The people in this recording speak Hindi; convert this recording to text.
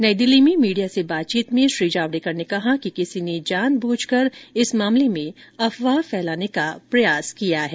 नई दिल्ली में मीडिया से बातचीत में श्री जावड़ेकर ने कहा कि किसी ने जानबूझ कर इस मामले में अफवाह फैलाने का प्रयास किया है